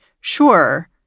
sure